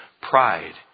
pride